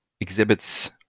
exhibits